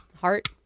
Heart